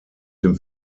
dem